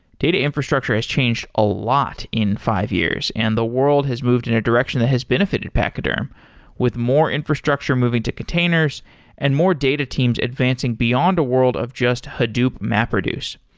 data infrastructure has changed a lot in five years and the world has moved in a direction that has benefit and pachyderm with more infrastructure moving to containers and more data teams advancing beyond a world of just hadoop mapreduce.